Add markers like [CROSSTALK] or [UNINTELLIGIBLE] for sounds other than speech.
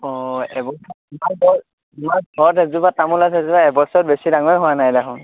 অঁ এব [UNINTELLIGIBLE] আমাৰ ঘৰত এজোপা তামোল আছে সেইজোপা এবছৰত বেছি ডাঙৰে হোৱা নাই দেখোন